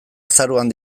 azaroan